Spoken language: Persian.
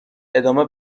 ادامه